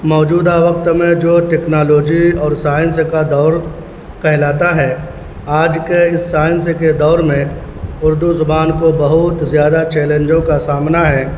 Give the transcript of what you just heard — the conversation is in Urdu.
موجودہ وقت میں جو ٹیکنالوجی اور سائنس کا دور کہلاتا ہے آج کے اس سائنس کے دور میں اردو زبان کو بہت زیادہ چیلنجوں کا سامنا ہے